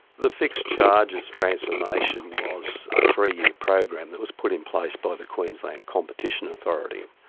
the fixed charges transformation was a three-year program that was put in place by the queensland competition authority.